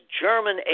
German